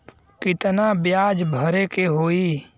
कितना ब्याज भरे के होई?